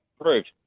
approved